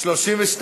המדינה (מינויים) (תיקון,